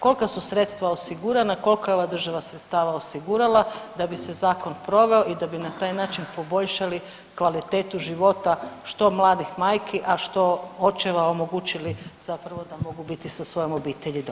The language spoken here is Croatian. Kolika su sredstva osigurana, kolika je ova sredstava osigurala da bi se zakon proveo i da bi na taj način poboljšali kvalitetu života, što mladih majki, a što očeva, omogućili zapravo da mogu biti sa svojom obitelji doma.